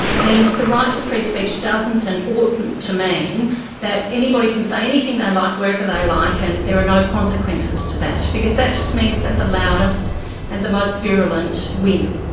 and the right to free speech doesn't and oughtn't to mean that anybody can say anything they like wherever they like and there are no consequences to that, because that just means that the loudest and the most virulent win.